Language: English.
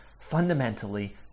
fundamentally